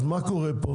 אז מה קורה פה?